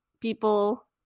people